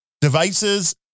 devices